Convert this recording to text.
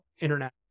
internet